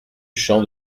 champ